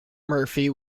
murphy